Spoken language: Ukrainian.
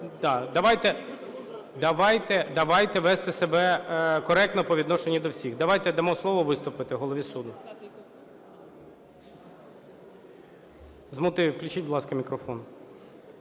Давайте вести себе коректно по відношенню до всіх. Давайте дамо слово виступити Голові суду. З мотивів включіть, будь ласка, мікрофон.